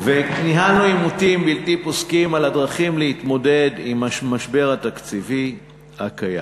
ניהלנו עימותים בלתי פוסקים על הדרכים להתמודד עם המשבר התקציבי הקיים.